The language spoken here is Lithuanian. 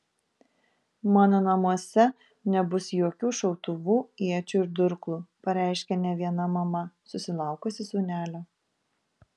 mano namuose nebus jokių šautuvų iečių ir durklų pareiškia ne viena mama susilaukusi sūnelio